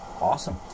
awesome